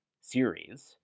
series